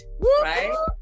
right